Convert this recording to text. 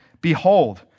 Behold